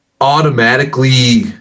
Automatically